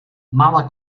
mala